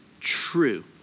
true